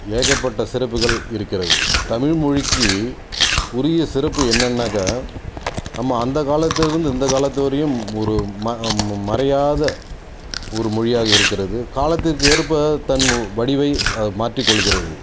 ஏகப்பட்ட சிறப்புகள் இருக்கிறது தமிழ் மொழிக்கு உரிய சிறப்பு என்னெனாக்க நம்ம அந்த காலத்துலேருந்து இந்த காலத்து வரையும் ஒரு மா ம மறையாத ஒரு மொழியாக இருக்குகிறது காலத்திற்கு ஏற்ப தன் வடிவை ஆ மாற்றிக்கொள்கிறது